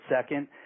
second